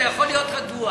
אתה יכול להיות רגוע,